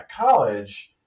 college